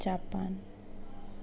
Japan